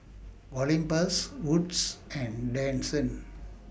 Olympus Wood's and Denizen